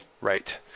Right